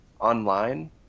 online